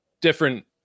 different